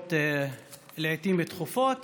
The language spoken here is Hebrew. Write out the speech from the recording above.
בחירות לעיתים תכופות